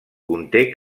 conté